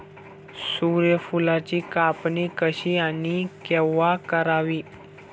सूर्यफुलाची कापणी कशी आणि केव्हा करावी?